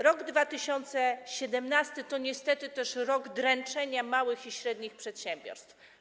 Rok 2017 to niestety też rok dręczenia małych i średnich przedsiębiorstw.